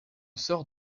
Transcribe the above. sort